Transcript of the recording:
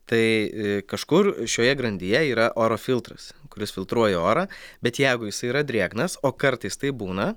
tai kažkur šioje grandyje yra oro filtras kuris filtruoja orą bet jeigu jisai yra drėgnas o kartais taip būna